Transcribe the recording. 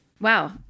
Wow